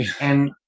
And-